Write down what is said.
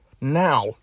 Now